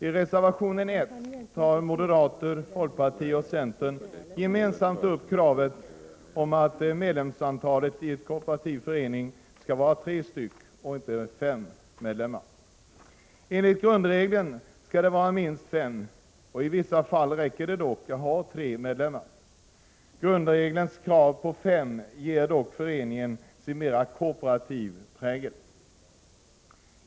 I reservation 1 tar moderater, folkparti och center gemensamt upp kravet på att minsta medlemsantalet i en kooperativ förening skall vara tre och inte fem medlemmar. Enligt grundregeln skall det vara minst fem, men i vissa fall räcker det med tre medlemmar. Grundregelns krav på fem ger dock föreningen dess mera kooperativa prägel.